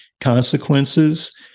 consequences